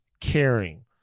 caring